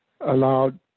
allowed